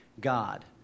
God